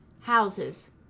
houses